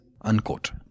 Unquote